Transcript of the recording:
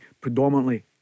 predominantly